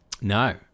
No